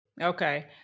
Okay